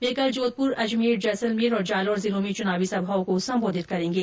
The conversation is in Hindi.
वे कल जोधपुर अजमेर जैसलमेर और जालौर जिलों में चुनावी सभाओं को संबोधित करेंगे